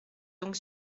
donc